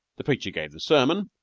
the preacher gave the sermon.